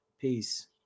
peace